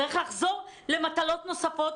צריך לחזור למטלות נוספות,